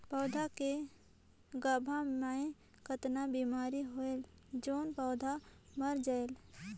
पौधा के गाभा मै कतना बिमारी होयल जोन पौधा मर जायेल?